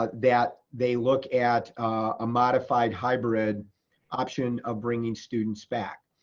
ah that they look at a modified hybrid option of bringing students back.